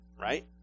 Right